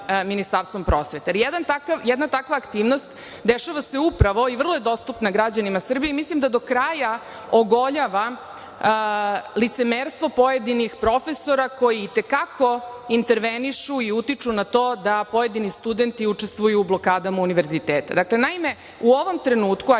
Ministarstvom prosvete. Jedna takva aktivnost dešava se upravo i vrlo je dostupna građanima Srbije i mislim da do kraja ogoljava licemerstvo pojedinih profesora koji i te kako intervenišu i utiču na to da pojedini studenti učestvuju u blokadama univerziteta.33/1 JJ/IR 16.30 – 16.40Dakle, naime u ovom trenutku, a